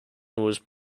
was